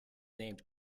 named